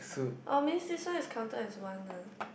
orh means this one is counted as one ah